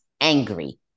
angry